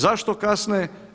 Zašto kasne?